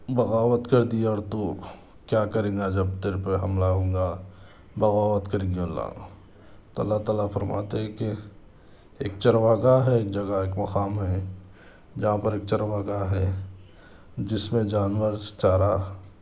بغاوت کر دیا اور تو کیا کریں گا جب تیرے پہ حملہ ہوں گا بغاوت کریں گے اللہ تو اللہ تعالیٰ فرماتے ہے کہ ایک چروا گاہ ہے ایک جگہ ایک مقام ہے جہاں پر ایک چروا گاہ ہے جس میں جانور چارہ